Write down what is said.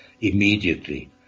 immediately